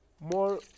More